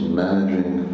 managing